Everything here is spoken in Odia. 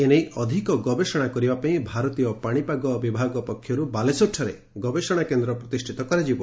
ଏ ନେଇ ଅଧିକ ଗବେଷଣା କରିବା ପାଇଁ ଭାରତୀୟ ପାଣିପାଗ ବିଭାଗ ପକ୍ଷରୁ ବାଲେଶ୍ୱରଠାରେ ଗବେଷଣା କେନ୍ର ପ୍ରତିଷ୍ଠିତ କରାଯିବ